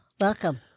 Welcome